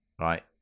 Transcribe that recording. right